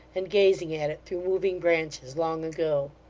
and gazing at it through moving branches, long ago.